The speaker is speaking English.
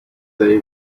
they